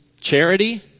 charity